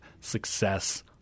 success